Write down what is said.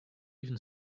even